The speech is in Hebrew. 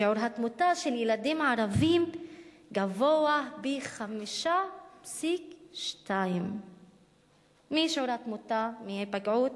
שיעור התמותה של ילדים ערבים גבוה פי-5.2 משיעור התמותה מהיפגעות